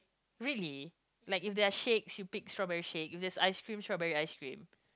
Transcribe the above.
really like if they are shakes you pick strawberry shake if there's ice cream strawberry ice cream